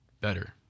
better